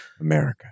america